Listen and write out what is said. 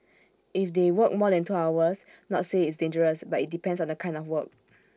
if they work more than two hours not say it's dangerous but IT depends on the kind of work